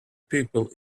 people